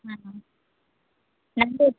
ஆமாங்க நண்டு